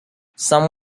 some